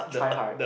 try hard